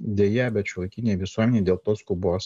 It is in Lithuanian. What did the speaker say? deja bet šiuolaikinėj visuomenėj dėl tos skubos